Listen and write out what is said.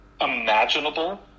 imaginable